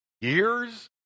Years